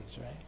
right